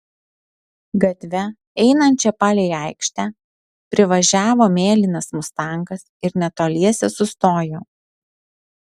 gatve einančia palei aikštę privažiavo mėlynas mustangas ir netoliese sustojo